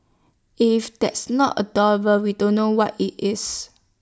if that's not adorable we don't know what IT is